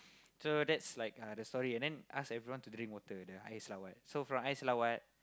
so that's like uh the story and then ask everyone to drink water the air selawat so from air selawat